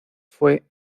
fue